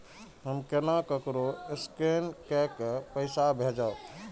हम केना ककरो स्केने कैके पैसा भेजब?